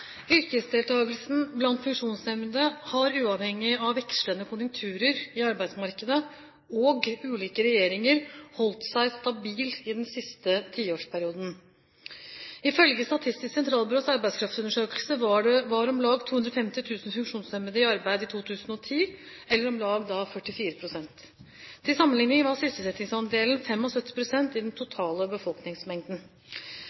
Yrkesdeltakelsen blant funksjonshemmede har uavhengig av vekslende konjunkturer i arbeidsmarkedet og ulike regjeringer holdt seg stabil i den siste tiårsperioden. I følge Statistisk sentralbyrås arbeidskraftundersøkelse var om lag 250 000 funksjonshemmede i arbeid i 2010, eller om lag 44 pst. Til sammenligning var sysselsettingsandelen 75 pst. i den